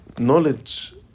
knowledge